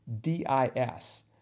D-I-S